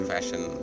Fashion